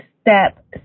step